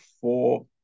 four